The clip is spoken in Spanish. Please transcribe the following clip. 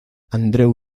andreu